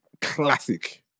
classic